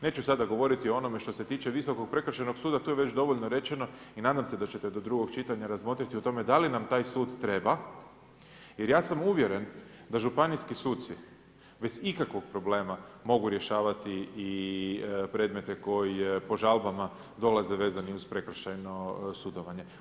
Neću sada govoriti o onome što se tiče Visokog prekršajnog suda, tu je već dovoljno rečeno i nadam se da će do drugog čitanja razmotriti o tome da li nam taj sud treba jer ja sam uvjeren da županijski suci bez ikakvog problema mogu rješavati i predmete koji po žalbama dolaze vezani uz prekršajno sudovanje.